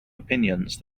opinions